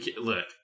look